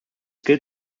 gilt